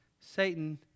Satan